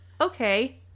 okay